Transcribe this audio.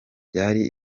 byari